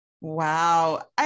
wow